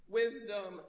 wisdom